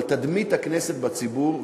אבל תדמית הכנסת בציבור,